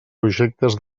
projectes